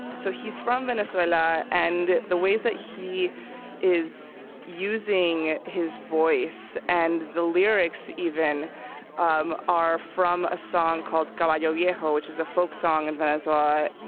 so he's from venezuela, and the ways that he is using his voice and the lyrics even um are from a song called caballo viejo, which is a folk song in and venezuela